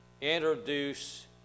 introduce